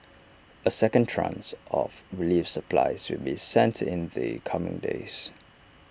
A second tranche of relief supplies will be sent in the coming days